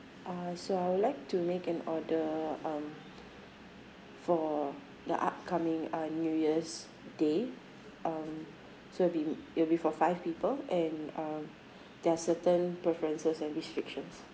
uh so I would like to make an order um for the upcoming uh new year's day um so it'll be it'll be for five people and um there are certain preferences and restrictions